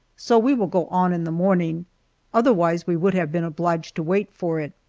so we will go on in the morning otherwise we would have been obliged to wait for it.